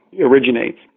originates